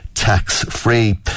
Tax-free